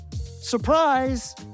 Surprise